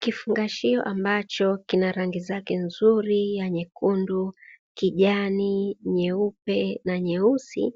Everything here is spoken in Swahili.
Kifungashio ambacho kina rangi zake nzuri: ya nyekundu, kijani, nyeupe na nyeusi;